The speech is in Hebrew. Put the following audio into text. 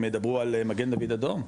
הם ידברו על מגן דוד אדום?